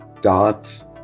dots